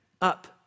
up